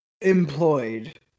employed